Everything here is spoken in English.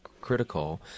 critical